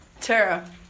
Tara